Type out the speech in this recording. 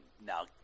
now